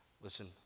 Listen